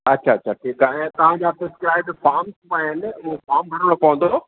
अच्छा अच्छा ठीक आहे ऐं तव्हां जा सब्सक्राइब्ड फॉर्म्स आहिनि उहे फॉर्म भरणो पवंदो